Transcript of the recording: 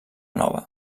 nova